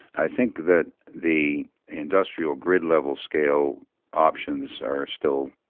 i think that the industrial grid level scale options are still,